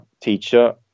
teacher